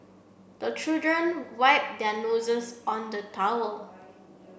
the children wipe their noses on the towel